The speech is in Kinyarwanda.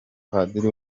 padiri